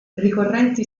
ricorrenti